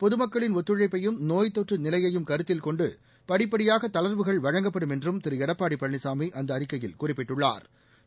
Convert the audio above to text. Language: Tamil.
பொதுமக்களின் ஒத்துழைப்பையும் நோய்த் தொற்று நிலையையும் கருத்தில் கொண்டு படிப்படியாக தளா்வுகள் வழங்கப்படும் என்றும் திரு எடப்பாடி பழனிசாமி அந்த அறிக்கையில் குறிப்பிட்டுள்ளாா்